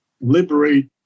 liberate